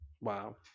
Wow